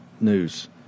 news